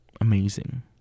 amazing